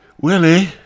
Willie